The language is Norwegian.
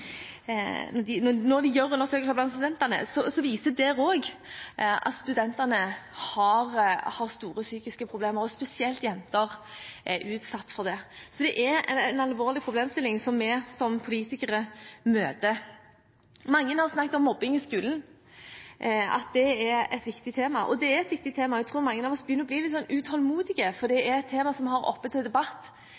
at studentene har store psykiske problemer. Spesielt jenter er utsatt for det. Så det er en alvorlig problemstilling vi som politikere møter. Mange har snakket om mobbing i skolen, at det er et viktig tema – og det er et viktig tema. Jeg tror mange av oss begynner å bli litt utålmodige, for det